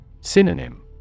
Synonym